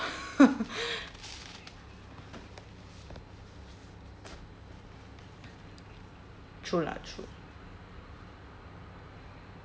true lah true